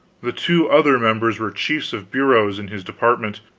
the two other members were chiefs of bureaus in his department